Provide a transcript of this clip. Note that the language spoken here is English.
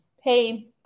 Hey